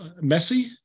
messy